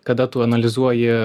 kada tu analizuoji